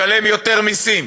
לשלם יותר מסים